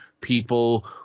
people